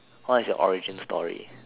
what is your origin story